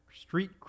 street